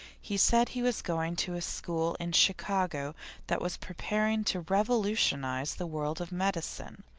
he said he was going to a school in chicago that was preparing to revolutionize the world of medicine.